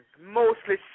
mostly